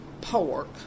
pork